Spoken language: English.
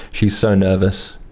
she's so nervous,